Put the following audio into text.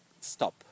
stop